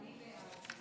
אני בעד.